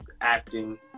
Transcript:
acting